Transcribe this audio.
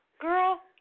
Girl